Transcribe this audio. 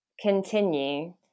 continue